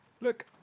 Look